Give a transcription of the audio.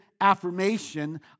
affirmation